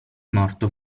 morto